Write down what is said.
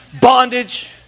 bondage